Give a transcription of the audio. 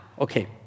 Okay